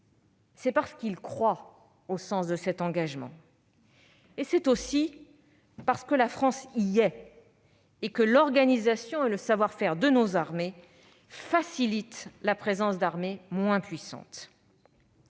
c'est parce qu'ils croient au sens de cet engagement. C'est aussi parce que la France y est et que l'organisation et le savoir-faire de nos armées facilitent la présence d'armées moins puissantes.